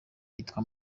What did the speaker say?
yitwa